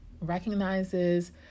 recognizes